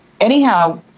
anyhow